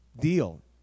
deal